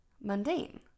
mundane